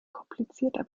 komplizierter